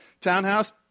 townhouse